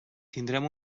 tindrem